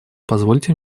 позвольте